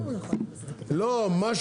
הוא אומר שזה